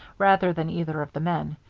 rather than either of the men.